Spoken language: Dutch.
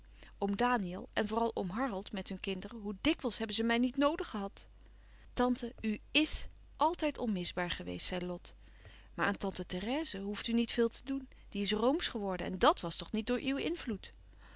oom daniël en vooral oom harold met hun kinderen hoe dikwijls hebben ze mij niet noodig gehad tante u is altijd onmisbaar geweest zei lot maar aan tante therèse heeft u niet veel kunnen doen die is roomsch geworden en dàt was toch niet door uw invloed